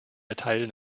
erteilen